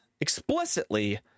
explicitly